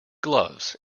gloves